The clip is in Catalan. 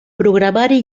programari